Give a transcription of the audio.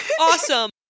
Awesome